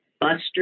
Buster